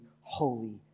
holy